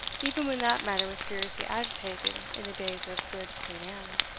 even when that matter was furiously agitated in the days of good queen anne.